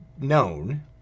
known